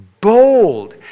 bold